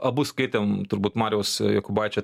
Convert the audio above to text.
abu skaitėm turbūt mariaus jokubaičio